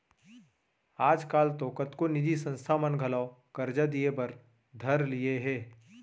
आज काल तो कतको निजी संस्था मन घलौ करजा दिये बर धर लिये हें